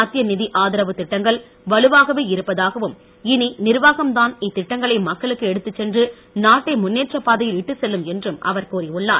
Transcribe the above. மத்திய நிதி ஆதரவு திட்டங்கள் வலுவாகவே இருப்பதாகவும் இனி நிர்வாகம் தான் இத்திட்டங்களை மக்களுக்கு எடுத்து சென்று நாட்டை முன்னேற்ற பாதையில் இட்டு செல்லும் என்றும் அவர் கூறியுள்ளார்